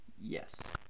Yes